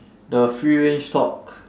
the free range talk